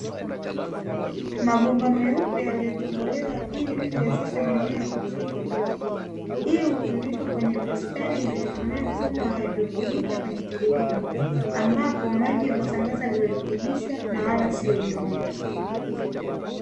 Mabomba meupe yaliyotobolewa ili kuwezesha mimea kuchipua, hii hutumika kwenye bustani inayotumika mfumo wa haidroponiki kwenye kilimo, ambapo maji hudambaza virutubisho na wala sio udongo.